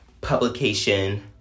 publication